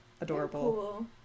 adorable